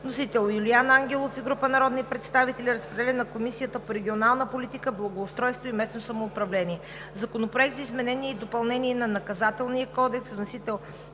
Вносител – Юлиан Ангелов и група народни представители. Разпределен е на Комисията по регионална политика, благоустройство и местно самоуправление. Законопроект за изменение и допълнение на Наказателния кодекс.